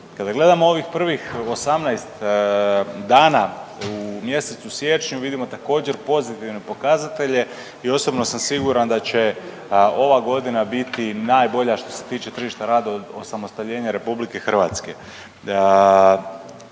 Kada gledamo ovih prvih 18 dana u mjesecu siječnju vidimo također pozitivne pokazatelje i osobno sam siguran da će ova godina biti najbolja što se tiče tržišta rada od osamostaljenja Republike Hrvatske.